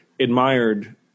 admired